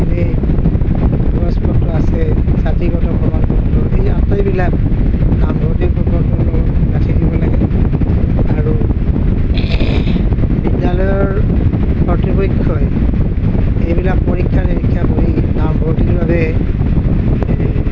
কাগজ পত্ৰ আছে জাতিগত প্ৰমাণ পত্ৰ সেই আটাইবিলাক নামভৰ্তি পত্ৰখনত গাঁঠি দিব লাগিব আৰু বিদ্যালয়ৰ কৰ্তৃপক্ষই এইবিলাক পৰীক্ষা নিৰীক্ষা কৰি নামভৰ্তিৰ বাবে